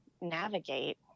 navigate